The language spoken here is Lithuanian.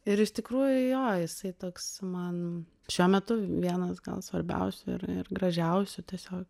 ir iš tikrųjų jo jisai toks man šiuo metu vienas gal svarbiausių ir ir gražiausių tiesiog